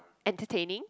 entertaining